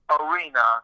arena